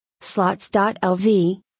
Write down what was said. Slots.lv